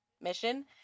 mission